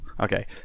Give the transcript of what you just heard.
Okay